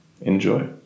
Enjoy